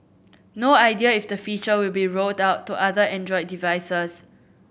no idea if the feature will be rolled out to other Android devices